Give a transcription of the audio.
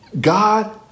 God